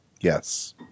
Yes